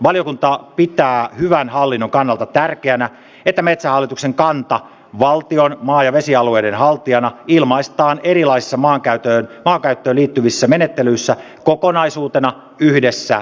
valiokunta pitää hyvän hallinnon kannalta tärkeänä että metsähallituksen kanta valtion maa ja vesialueiden haltijana ilmaistaan erilaisissa maankäyttöön liittyvissä menettelyissä kokonaisuutena yhdessä asiakirjassa